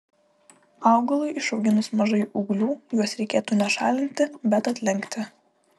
augalui išauginus mažai ūglių juos reikėtų ne šalinti bet atlenkti